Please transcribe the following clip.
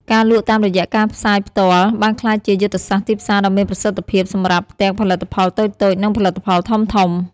ការលក់តាមរយៈការផ្សាយផ្ទាល់បានក្លាយជាយុទ្ធសាស្ត្រទីផ្សារដ៏មានប្រសិទ្ធភាពសម្រាប់ទាំងផលិតផលតូចៗនិងផលិតផលធំៗ។